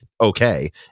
okay